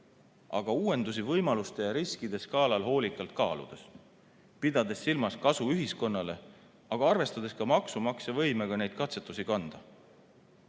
aga uuendusi võimaluste ja riskide skaalal hoolikalt kaaludes, pidades silmas kasu ühiskonnale, kuid arvestades ka maksumaksja võimega neid katsetusi kanda.